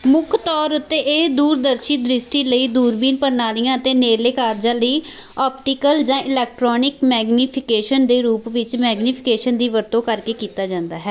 ਮੁੱਖ ਤੌਰ ਉੱਤੇ ਇਹ ਦੂਰਦਰਸ਼ੀ ਦ੍ਰਿਸ਼ਟੀ ਲਈ ਦੂਰਬੀਨ ਪ੍ਰਣਾਲੀਆਂ ਅਤੇ ਨੇੜਲੇ ਕਾਰਜਾਂ ਲਈ ਆਪਟੀਕਲ ਜਾਂ ਇਲੈਕਟ੍ਰੌਨਿਕ ਮੈਗਨੀਫਿਕੇਸ਼ਨ ਦੇ ਰੂਪ ਵਿੱਚ ਮੈਗਨੀਫਿਕੇਸ਼ਨ ਦੀ ਵਰਤੋਂ ਕਰਕੇ ਕੀਤਾ ਜਾਂਦਾ ਹੈ